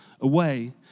away